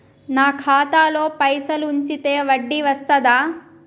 నాకు ఖాతాలో పైసలు ఉంచితే వడ్డీ వస్తదా?